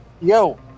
Yo